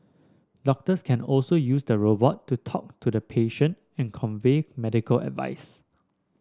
doctors can also use the robot to talk to the patient and convey medical advice